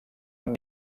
amb